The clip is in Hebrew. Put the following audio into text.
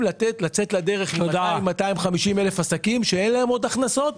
לצאת לדרך עם 250,000 עסקים שאין להם עוד הכנסות,